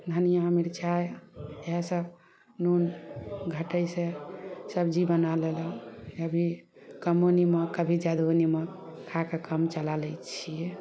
धनियाँ मिरचाइ इहे सभ नून घटै से सब्जी बना लेलहुॅं कभी कमो निमक कभी जादहो निमक खाकऽ काम चला लै छियै